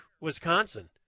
Wisconsin